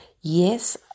Yes